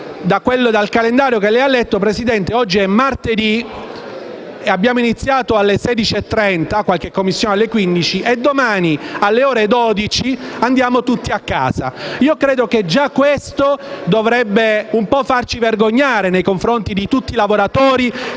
dal calendario che lei ha letto, signor Presidente, oggi è martedì, abbiamo iniziato alle ore 16 (qualche Commissione alle 15) e domani, alle ore 12, andiamo tutti a casa. Già questo dovrebbe farci vergognare nei confronti di tutti coloro